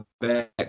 back